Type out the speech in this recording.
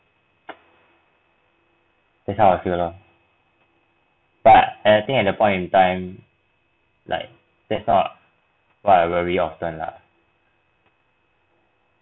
that's how I feel lor but at the think at that point in time like that's not what I worry often lah